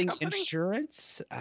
insurance